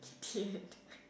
idiot